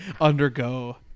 undergo